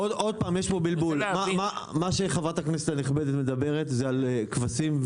מה שחברת הכנסת הנכבדת מדברת עליו זה על כבשים,